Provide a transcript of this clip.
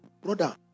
brother